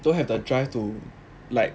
don't have the drive to like